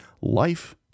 life